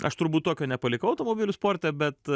aš turbūt tokio nepalikau automobilių sporte bet